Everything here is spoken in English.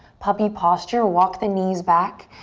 puppy posture, walk the knees back.